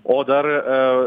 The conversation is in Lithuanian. o dar